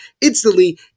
instantly